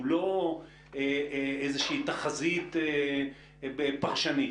הוא לא איזושהי תחזית פרשנית.